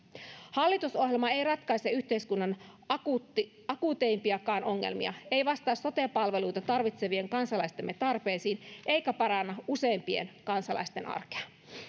hallitusohjelma ei ratkaise yhteiskunnan akuuteimpiakaan akuuteimpiakaan ongelmia ei vastaa sote palveluita tarvitsevien kansalaistemme tarpeisiin eikä paranna useimpien kansalaisten arkea